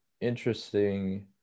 interesting